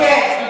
כן,